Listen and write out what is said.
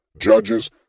judges